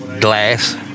glass